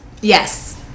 yes